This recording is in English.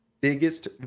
biggest